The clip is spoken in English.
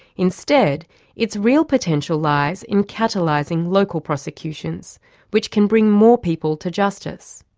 instead its real potential lies in catalysing local prosecutions which can bring more people to justice.